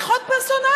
זה חוק פרסונלי,